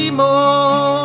more